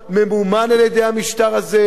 ממומן על-ידי המשטר הזה,